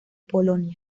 polonia